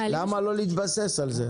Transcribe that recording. למה לא להתבסס על זה?